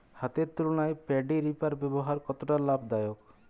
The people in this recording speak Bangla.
হাতের তুলনায় পেডি রিপার ব্যবহার কতটা লাভদায়ক?